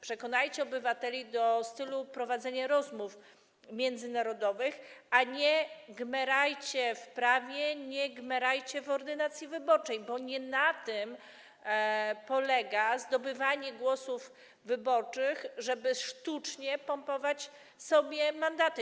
Przekonajcie obywateli do stylu prowadzenia rozmów międzynarodowych, a nie gmerajcie w prawie, nie gmerajcie w ordynacji wyborczej, bo nie na tym polega zdobywanie głosów wyborczych, żeby sztucznie pompować sobie mandaty.